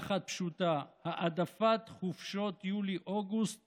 אחת פשוטה: העדפת חופשות יולי-אוגוסט